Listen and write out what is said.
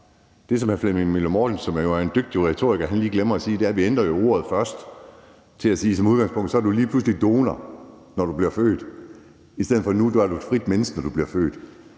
Det, som hr. Flemming Møller Mortensen, som jo er en dygtig retoriker, lige glemmer at sige, er, at vi ændrer ordet først til at sige, at som udgangspunkt er du lige pludselig donor, når du bliver født, i stedet for at du som nu er et frit menneske, når du bliver født,